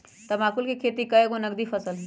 तमाकुल कें खेति एगो नगदी फसल हइ